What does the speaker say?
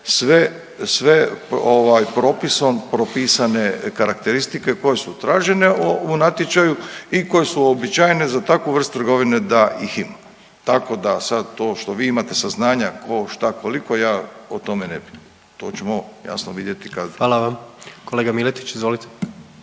propisane karakteristike koje su tražene u natječaju i koje su uobičajene za takvu vrstu trgovine da ih ima. Tako da sad to što vi imate saznanja tko šta koliko ja o tome ne bi, to ćemo jasno vidjeti kad … **Jandroković, Gordan